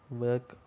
work